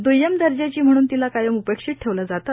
द्य्यम दर्जाची म्हणून तिला कायम उपेक्षित ठेवले जाते